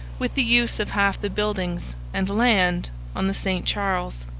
with the use of half the buildings and land on the st charles.